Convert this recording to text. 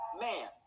man